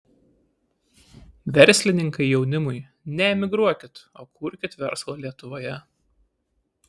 verslininkai jaunimui neemigruokit o kurkit verslą lietuvoje